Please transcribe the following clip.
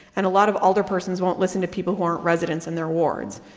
and a lot of alderpersons won't listen to people who aren't residents in their wards.